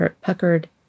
puckered